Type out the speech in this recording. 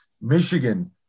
Michigan